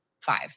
five